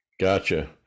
gotcha